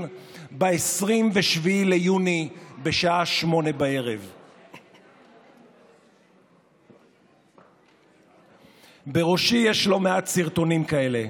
ב-27 ביוני בשעה 20:00. בראשי יש לא מעט סרטונים כאלה,